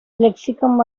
lexicon